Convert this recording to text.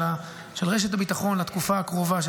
רשת הביטחון לאלמנות לתקופה הקרובה,